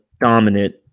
dominant